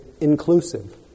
inclusive